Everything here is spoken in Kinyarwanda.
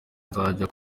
nzajya